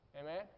Amen